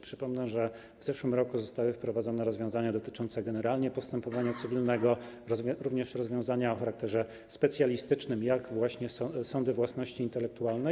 Przypomnę, że w zeszłym roku zostały wprowadzone rozwiązania dotyczące generalnie postępowania cywilnego, również rozwiązania o charakterze specjalistycznym, takie jak właśnie sądy własności intelektualnej.